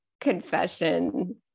confession